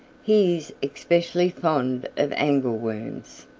he is especially fond of angleworms.